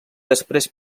després